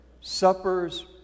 Supper's